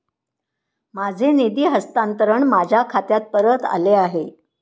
माझे निधी हस्तांतरण माझ्या खात्यात परत आले आहे